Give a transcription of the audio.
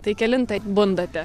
tai kelintą bundate